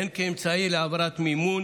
הן כאמצעי להעברת מימון